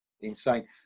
insane